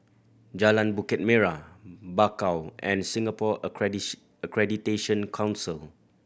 Jalan Bukit Merah Bakau and Singapore Accreditation Council